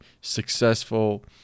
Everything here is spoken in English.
successful